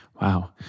Wow